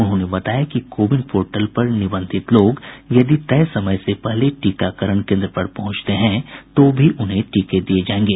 उन्होंने बताया कि कोविन पोर्टल पर निबंधित लोग यदि तय समय से पहले टीकाकरण केन्द्र पर पहुंचते हैं तो भी उन्हें टीके दिये जायेंगे